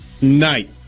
night